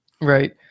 Right